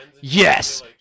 yes